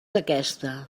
aquesta